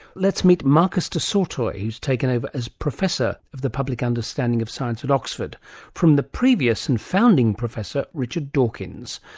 let's meet marcus du sautoy who's taken over as professor of the public understanding of science at oxford from the previous and founding professor, richard dawkins.